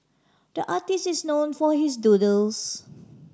the artist is known for his doodles